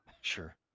Sure